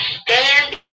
stand